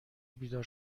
بیدار